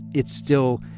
it's still,